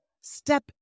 Step